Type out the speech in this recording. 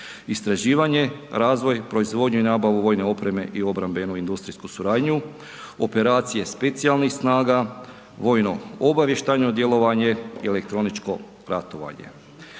istraživanje, razvoj, proizvodnju i nabavu vojne opreme i obrambenu industrijsku suradnju, operacije specijalnih snaga, vojno obavještajno djelovanje i elektroničko ratovanje.